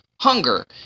hunger